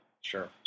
Sure